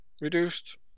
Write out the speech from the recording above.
reduced